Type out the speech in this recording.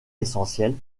essentiels